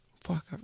Fuck